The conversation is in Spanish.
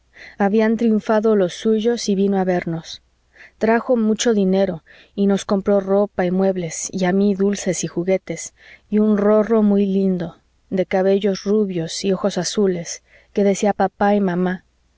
habían triunfado los suyos y vino a vernos trajo mucho dinero y nos compró ropa y muebles y a mí dulces y juguetes y un rorro muy lindo de cabellos rubios y ojos azules que decía papá y mamá